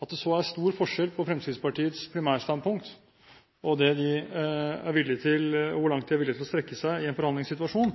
At det så er stor forskjell på Fremskrittspartiets primærstandpunkt og hvor langt de er villige til å strekke seg i en forhandlingssituasjon,